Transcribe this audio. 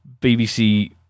BBC